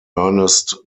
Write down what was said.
ernest